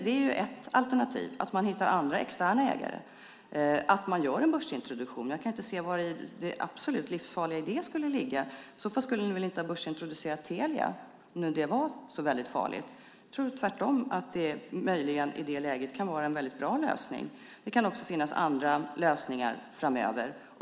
Det är ett alternativ, alltså att man hittar andra externa ägare och att man gör en börsintroduktion. Jag kan inte se var det absolut livsfarliga i det skulle ligga. I så fall skulle ni väl inte ha börsintroducerat Telia om det nu var så väldigt farligt. Jag tror tvärtom att det möjligen i det läget kan vara en väldigt bra lösning. Det kan också finnas andra lösningar framöver.